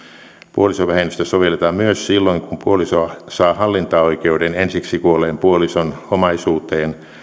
puolisovähennystä sovelletaan myös silloin kun puoliso saa hallintaoikeuden ensiksi kuolleen puolison omaisuuteen